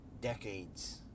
decades